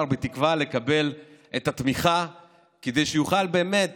בתקווה לקבל את התמיכה כדי שהוא יוכל באמת